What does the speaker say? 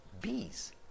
bees